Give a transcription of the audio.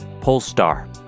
Polestar